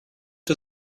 der